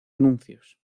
anuncios